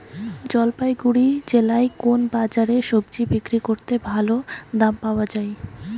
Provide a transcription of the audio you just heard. জলপাইগুড়ি জেলায় কোন বাজারে সবজি বিক্রি করলে ভালো দাম পাওয়া যায়?